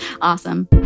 Awesome